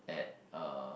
at uh